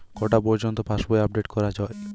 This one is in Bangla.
কটা পযর্ন্ত পাশবই আপ ডেট করা হয়?